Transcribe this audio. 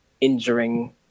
injuring